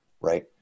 Right